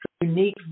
unique